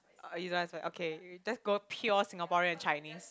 oh you don't wanna say okay you just go pure Singapore and Chinese